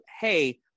hey